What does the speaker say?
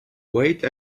wait